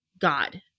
God